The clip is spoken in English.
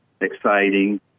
exciting